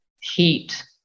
heat